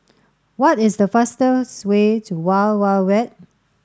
what is the fastest way to Wild Wild Wet